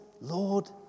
Lord